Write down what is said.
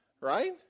Right